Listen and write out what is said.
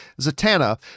Zatanna